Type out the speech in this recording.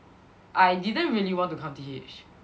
I didn't really want to come T_H